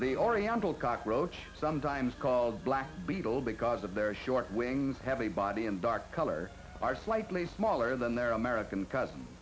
the oriental cockroach sometimes called black beetle because of their short wings have a body and dark color are slightly smaller than their american cousin